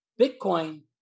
Bitcoin